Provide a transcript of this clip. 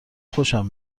خوشم